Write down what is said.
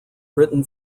written